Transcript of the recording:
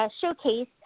showcase